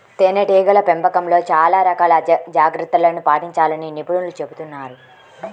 తేనెటీగల పెంపకంలో చాలా రకాల జాగ్రత్తలను పాటించాలని నిపుణులు చెబుతున్నారు